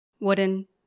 Wooden